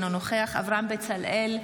אינו נוכח אברהם בצלאל,